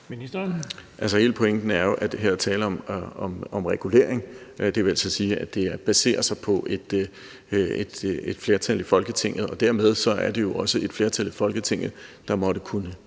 Hele pointen er jo, at der her er tale om regulering. Det vil altså sige, at det baserer sig på et flertal i Folketinget. Dermed er det jo også et flertal i Folketinget, der måtte kunne